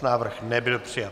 Návrh nebyl přijat.